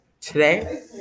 Today